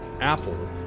Apple